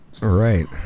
Right